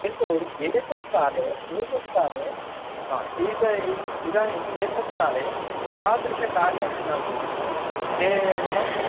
किन्तु एतत्काले एतत्काले हा ईद इदानीम् एतत्काले तादृशकार्याणि न केवलं